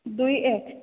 ଦୁଇ ଏକ